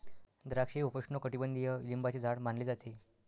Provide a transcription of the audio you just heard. द्राक्षे हे उपोष्णकटिबंधीय लिंबाचे झाड मानले जाते